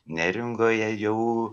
neringoje jau